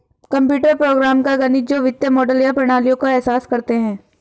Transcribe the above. computer program का गणित जो वित्तीय मॉडल या प्रणालियों का एहसास करते हैं